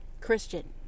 Christian